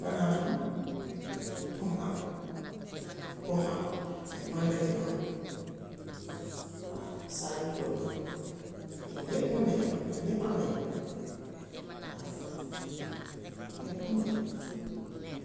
Banaana am, pom am pom am, màndarin am, saalim kiloom am. Yooyu yépp. Ñoom ñépp am nañ, waaw, ñoom ñépp am nañ.